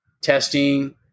testing